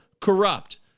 corrupt